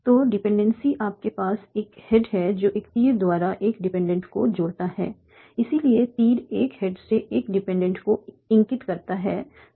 तो डिपेंडेंसी आपके पास एक हेड है जो एक तीर द्वारा एक डिपेंडेंट को जोड़ता है इसलिए तीर एक हेड से एक डिपेंडेंट को इंगित करता है